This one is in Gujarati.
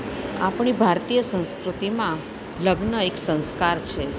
આપણી ભારતીય સંસ્કૃતિમાં લગ્ન એક સંસ્કાર છે